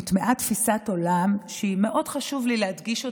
הוטמעה תפיסת עולם שמאוד חשוב לי להדגיש אותה,